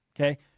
Okay